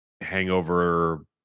hangover